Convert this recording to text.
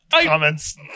comments